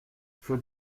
faut